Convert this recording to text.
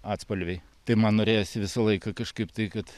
atspalviai tai man norėjosi visą laiką kažkaip tai kad